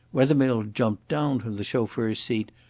wethermill jumped down from the chauffeur's seat,